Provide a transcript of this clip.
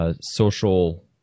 Social